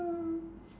uh